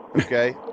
okay